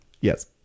yes